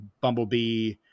Bumblebee